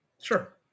Sure